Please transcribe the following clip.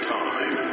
time